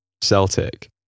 Celtic